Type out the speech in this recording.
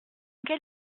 quel